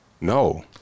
No